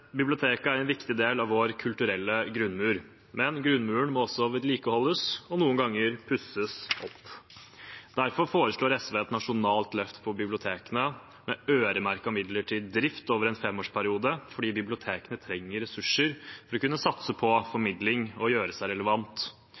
er en viktig del av vår kulturelle grunnmur. Men grunnmuren må også vedlikeholdes og noen ganger pusses opp. Derfor foreslår SV et nasjonalt løft for bibliotekene med øremerkede midler til drift over en femårsperiode, for bibliotekene trenger ressurser for å kunne satse på formidling og gjøre seg